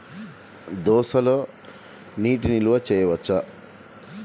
దోసలో నీటి నిల్వ చేయవచ్చా?